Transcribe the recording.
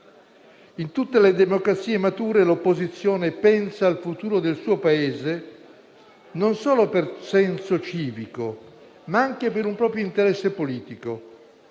In tutte le democrazie mature, l'opposizione pensa al futuro del suo Paese non solo per senso civico, ma anche per un proprio interesse politico.